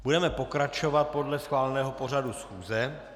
Budeme pokračovat podle schváleného pořadu schůze.